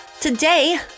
Today